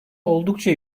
oldukça